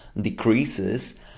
decreases